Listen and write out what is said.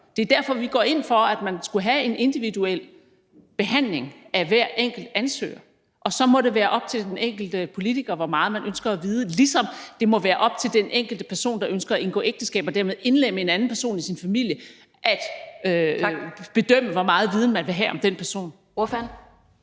Det er derfor, vi går ind for, at man skal have en individuel behandling af hver enkelt ansøger, og så må det være op til den enkelte politiker, hvor meget man ønsker at vide, ligesom det må være op til den enkelte person, der ønsker at indgå ægteskab og dermed indlemme en anden person i sin familie, at bedømme, hvor meget viden vedkommende vil have om den person. Kl.